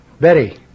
Betty